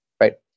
right